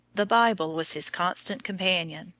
the bible was his constant companion,